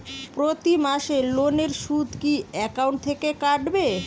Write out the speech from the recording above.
প্রতি মাসে লোনের সুদ কি একাউন্ট থেকে কাটবে?